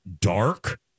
dark